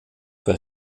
für